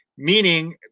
Meaning